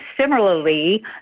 similarly